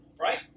right